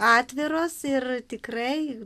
atviros ir tikrai